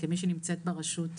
קצבאות.